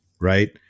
right